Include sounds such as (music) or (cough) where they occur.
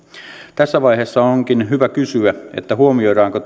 tässä vaiheessa onkin hyvä kysyä huomioidaanko (unintelligible)